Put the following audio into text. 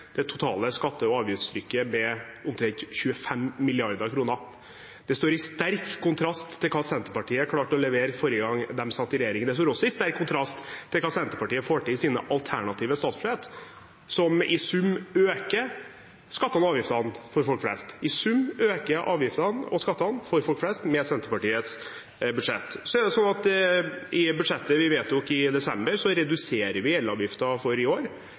det totale skatte- og avgiftstrykket med omtrent 25 mrd. kr. Det står i sterk kontrast til hva Senterpartiet klarte å levere forrige gang de satt i regjering. Det står også i sterk kontrast til hva Senterpartiet får til i sine alternative statsbudsjett, som i sum øker skattene og avgiftene for folk flest. I sum øker avgiftene og skattene for folk flest med Senterpartiets budsjett. I budsjettet vi vedtok i desember, reduserer vi elavgiften for i år.